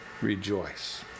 rejoice